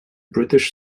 british